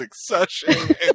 succession